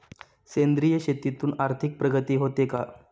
सेंद्रिय शेतीतून आर्थिक प्रगती होते का?